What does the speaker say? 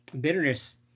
bitterness